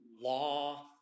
Law